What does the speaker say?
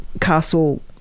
castle